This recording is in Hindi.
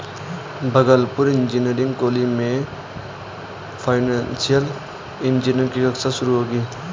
भागलपुर इंजीनियरिंग कॉलेज में फाइनेंशियल इंजीनियरिंग की कक्षा शुरू होगी